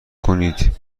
کنید